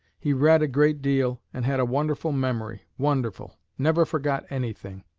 he read a great deal, and had a wonderful memory wonderful. never forgot anything.